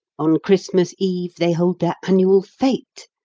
on christmas eve they hold their annual fete.